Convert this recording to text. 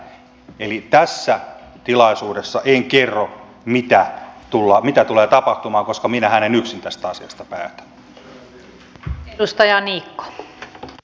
eli tässä tilaisuudessa en kerro mitä tulee tapahtumaan koska minähän en yksin tästä asiasta päätä